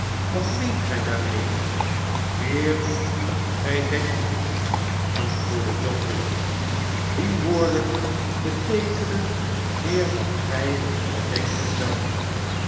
wat meent gij daarmee meer dangij denkt vriend antwoordde john willet die woorden beteekenen meer dan gij wel denken zoudt